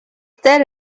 there